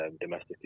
domestic